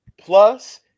Plus